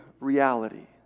reality